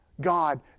God